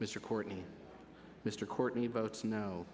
mr courtney mr courtney votes no